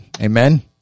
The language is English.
Amen